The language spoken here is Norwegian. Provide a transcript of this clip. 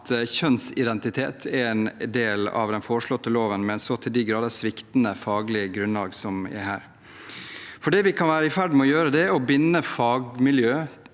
at kjønnsidentitet er en del av den foreslåtte loven med et så til de grader sviktende faglig grunnlag som det er her. Det vi kan være i ferd med å gjøre, er å binde fagmiljøer